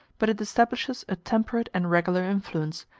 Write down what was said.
but it establishes a temperate and regular influence,